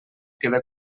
quede